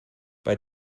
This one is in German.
bei